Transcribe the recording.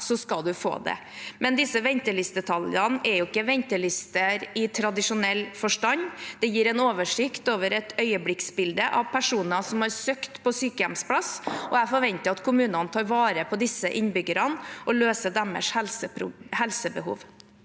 så skal du få det. Disse ventelistetallene er jo ikke ventelister i tradisjonell forstand, men de gir en oversikt over et øyeblikksbilde av personer som har søkt på sykehjemsplass. Jeg forventer at kommunene tar vare på disse innbyggerne og løser deres helsebehov.